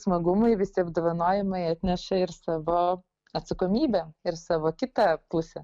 smagumai visi apdovanojimai atneša ir savo atsakomybę ir savo kitą pusę